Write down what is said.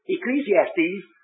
Ecclesiastes